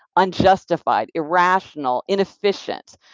unjustified irrational, inefficient,